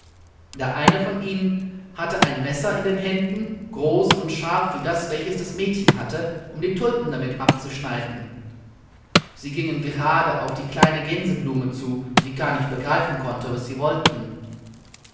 der eine von ihnen hatte ein messer in den händen groß und scharf wie das welches das mädchen hatte um die tulpen damit abzuschneiden sie gingen gerade auf die kleine gänseblume zu die gar nicht begreifen konnte was sie wollten